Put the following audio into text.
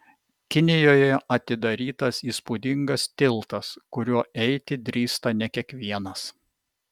kinijoje atidarytas įspūdingas tiltas kuriuo eiti drįsta ne kiekvienas